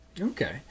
Okay